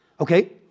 okay